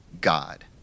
God